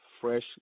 fresh